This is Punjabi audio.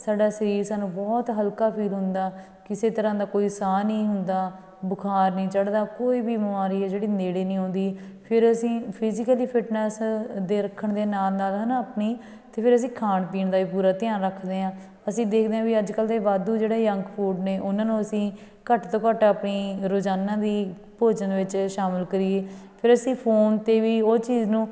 ਸਾਡਾ ਸਰੀਰ ਸਾਨੂੰ ਬਹੁਤ ਹਲਕਾ ਫੀਲ ਹੁੰਦਾ ਕਿਸੇ ਤਰ੍ਹਾਂ ਦਾ ਕੋਈ ਸਾਹ ਨਹੀਂ ਹੁੰਦਾ ਬੁਖਾਰ ਨਹੀਂ ਚੜ੍ਹਦਾ ਕੋਈ ਵੀ ਬਿਮਾਰੀ ਆ ਜਿਹੜੀ ਨੇੜੇ ਨਹੀਂ ਆਉਂਦੀ ਫਿਰ ਅਸੀਂ ਫਿਜੀਕਲੀ ਫਿਟਨੈਸ ਦੇ ਰੱਖਣ ਦੇ ਨਾਲ ਨਾਲ ਹੈ ਨਾ ਆਪਣੀ ਅਤੇ ਫਿਰ ਅਸੀਂ ਖਾਣ ਪੀਣ ਦਾ ਵੀ ਪੂਰਾ ਧਿਆਨ ਰੱਖਦੇ ਹਾਂ ਅਸੀਂ ਦੇਖਦੇ ਹਾਂ ਵੀ ਅੱਜ ਕੱਲ੍ਹ ਦੇ ਵਾਧੂ ਜਿਹੜਾ ਜੰਕ ਫੂਡ ਨੇ ਉਹਨਾਂ ਨੂੰ ਅਸੀਂ ਘੱਟ ਤੋਂ ਘੱਟ ਆਪਣੀ ਰੋਜ਼ਾਨਾ ਦੇ ਭੋਜਨ ਵਿੱਚ ਸ਼ਾਮਿਲ ਕਰੀਏ ਫਿਰ ਅਸੀਂ ਫੋਨ 'ਤੇ ਵੀ ਉਹ ਚੀਜ਼ ਨੂੰ